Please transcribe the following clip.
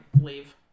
leave